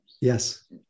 Yes